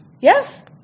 yes